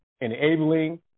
enabling